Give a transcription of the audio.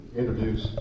introduce